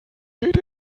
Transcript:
geht